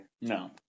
No